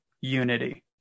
unity